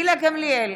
גילה גמליאל,